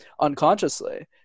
unconsciously